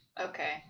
Okay